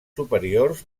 superiors